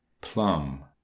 plum